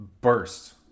burst